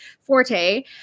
forte